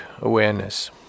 awareness